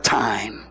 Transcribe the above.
time